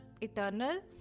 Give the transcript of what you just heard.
eternal